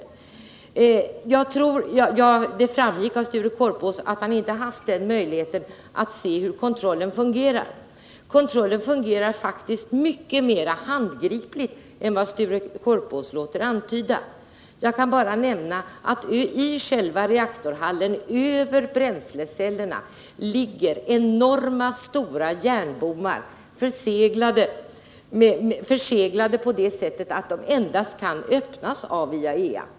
Det framgick av Sture Korpås inlägg att han inte haft möjlighet att se hur kontrollen fungerar. Kontrollen fungerar faktiskt mycket mer handgripligt än vad Sture Korpås låter antyda. Jag kan bara nämna att i själva reaktorhallen över bränslecellerna ligger enormt stora järnbommar, förseglade på det sättet att de endast kan öppnas av IAEA.